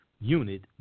unit